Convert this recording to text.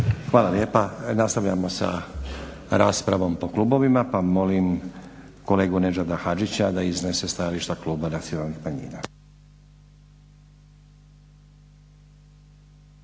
Hvala lijepa. Nastavljamo sa raspravom po klubovima pa molim kolegu Nedžada Hodžića da iznese stajališta kluba Nacionalnih manjina.